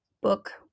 book